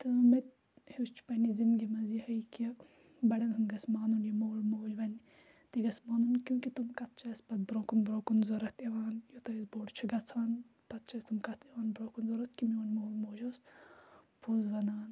تہٕ مےٚ تہِ ہیوٚچھ پَنٛنہِ زِندگی منٛز یِہوٚے کہِ بَڑٮ۪ن ہُنٛد گژھِ مانُن یہِ مول موج وَنہِ تہِ گژھِ مانُن کیوں کہِ تِم کَتھ چھِ اَسہِ پَتہٕ برٛونٛہہ کُن برٛۄنٛہہ کُن ضوٚرَتھ یِوان یوٗتاہ أسۍ بوٚڈ چھُ گژھان پَتہٕ چھِ اَسہِ تِم کَتھ یِوان برٛونٛہہ کُن ضوٚرَتھ کہِ میون مول موج اوس پوٚز وَنان